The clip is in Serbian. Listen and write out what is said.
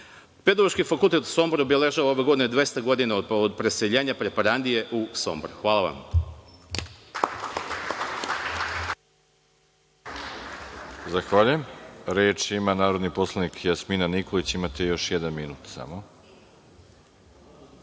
Pedagoški fakultet u Somboru obeležava ove godine 200 godina od preseljenja preparandije u Sombor. Hvala vam.